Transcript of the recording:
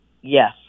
Yes